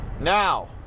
Now